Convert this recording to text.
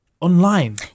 online